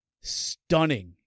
stunning